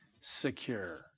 secure